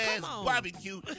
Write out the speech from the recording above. barbecue